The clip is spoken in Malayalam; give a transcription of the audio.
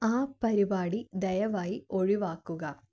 ആ പരിപാടി ദയവായി ഒഴിവാക്കുക